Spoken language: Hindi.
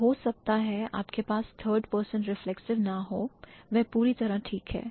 तो हो सकता है आपके पास third person reflexive ना हो वह पूरी तरह ठीक है